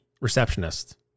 receptionist